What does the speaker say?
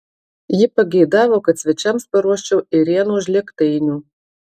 ji pageidavo kad svečiams paruoščiau ėrienos žlėgtainių